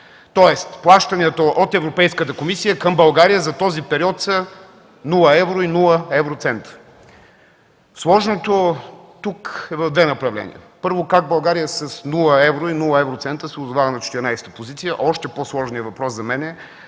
Тоест плащанията от Европейската комисия към България за този период са нула евро и нула евроцента. Сложното тук е в две направления: първо, как България с нула евро и нула евроцента се е озовала на 14-а позиция. Още по-сложният въпрос за мен е